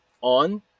on